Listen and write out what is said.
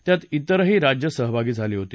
त्यात त्विरही राज्य सहभागी झाली होते